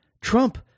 Trump